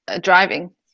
driving